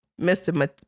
Mr